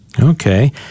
Okay